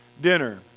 dinner